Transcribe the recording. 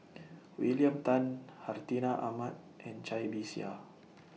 William Tan Hartinah Ahmad and Cai Bixia